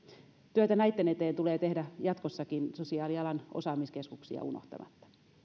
työtä näitten eteen tulee tehdä jatkossakin sosiaalialan osaamiskeskuksia unohtamatta